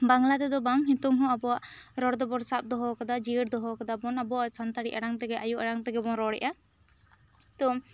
ᱵᱟᱝᱞᱟ ᱛᱮᱫᱚ ᱵᱟᱝ ᱱᱤᱛᱚᱝ ᱦᱚᱸ ᱟᱵᱚᱣᱟᱜ ᱨᱚᱲ ᱫᱚ ᱵᱚᱱ ᱥᱟᱵ ᱫᱚᱦᱚ ᱠᱟᱫᱟ ᱡᱤᱭᱟᱹᱲ ᱫᱚᱦᱚ ᱠᱟᱫᱟ ᱵᱚᱱ ᱟᱵᱚᱣᱟᱜ ᱥᱟᱱᱛᱟᱲᱤ ᱟᱲᱟᱝ ᱛᱮ ᱜᱮ ᱟᱭᱳ ᱟᱲᱟᱝ ᱛᱮᱜᱮ ᱵᱚᱱ ᱨᱚᱲᱮᱫᱼᱟ ᱛᱚ